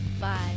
bye